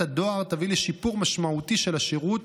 הדואר תביא לשיפור משמעותי של השירות,